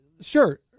Sure